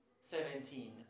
seventeen